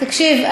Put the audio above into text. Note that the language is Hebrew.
תקשיב.